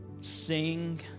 sing